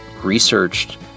researched